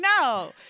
No